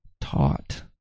taught